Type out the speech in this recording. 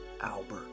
Albert